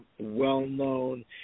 well-known